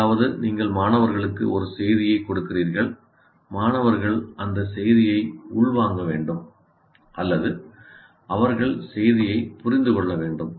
அதாவது நீங்கள் மாணவர்களுக்கு ஒரு செய்தியைக் கொடுக்கிறீர்கள் மாணவர்கள் அந்த செய்தியை உள்வாங்க வேண்டும் அல்லது அவர்கள் செய்தியைப் புரிந்து கொள்ள வேண்டும்